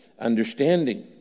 understanding